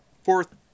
Fourth